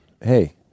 Hey